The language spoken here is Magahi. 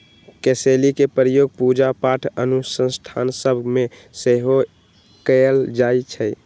कसेलि के प्रयोग पूजा पाठ अनुष्ठान सभ में सेहो कएल जाइ छइ